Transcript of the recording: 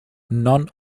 non